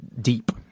Deep